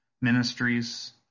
ministries